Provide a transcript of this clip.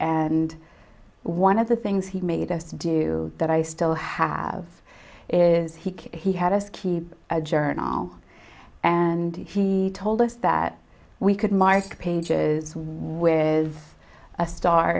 and one of the things he made us do that i still have is he he had us keep a journal and he told us that we could mark pages w